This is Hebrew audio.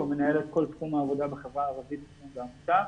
הוא מנהל את כל תחום העבודה בחברה הערבית אצלנו בעמותה.